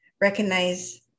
recognize